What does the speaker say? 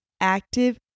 Active